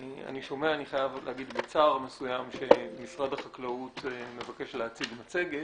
אני חייב להגיד בצער מסוים שאני שומע שמשרד החקלאות מבקש להציג מצגת.